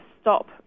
stop